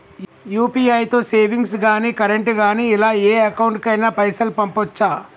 UPI తో savings గాని current గాని ఇలా ఏ అకౌంట్ కైనా పైసల్ పంపొచ్చా?